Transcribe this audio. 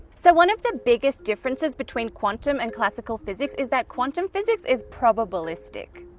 so one of the biggest differences between quantum and classical physics is that quantum physics is probabilistic.